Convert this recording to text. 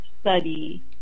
study